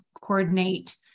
coordinate